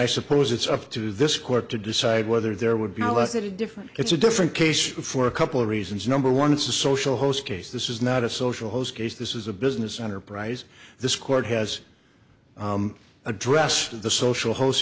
i suppose it's up to this court to decide whether there would be less that different it's a different case for a couple of reasons number one it's a social host case this is not a social hose case this is a business enterprise this court has addressed the social host